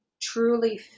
truly